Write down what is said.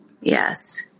Yes